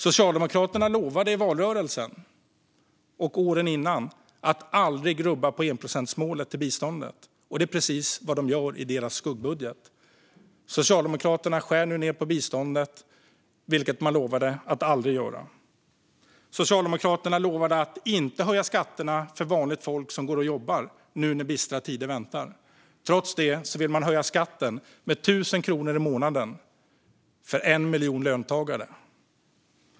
Socialdemokraterna lovade i valrörelsen och åren innan dess att aldrig rubba enprocentsmålet i biståndet. Och det är precis vad de gör i sin skuggbudget. Socialdemokraterna skär nu ned på biståndet, vilket de lovade att aldrig göra. Socialdemokraterna lovade att inte höja skatterna för vanligt folk som går och jobbar, nu när bistra tider väntar. Trots det vill de höja skatten med 1 000 kronor i månaden för 1 miljon löntagare.